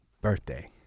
birthday